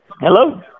Hello